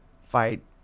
fight